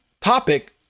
topic